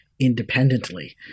independently